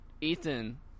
Ethan